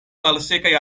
malsekaj